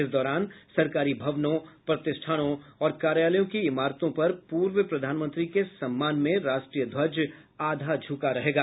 इस दौरान सरकारी भवनों प्रतिष्ठानों और कार्यालयों की इमारतों पर पूर्व प्रधानमंत्री के सम्मान में राष्ट्रीय ध्वज आधा झुका रहेगा